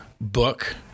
book